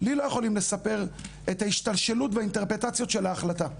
לא יכולים לספר לי על ההשתלשלות והאינטרפרטציות של ההחלטה.